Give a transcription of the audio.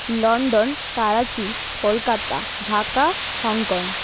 London Karachi Kolkata Dhaka Hong Kong